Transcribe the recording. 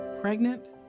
Pregnant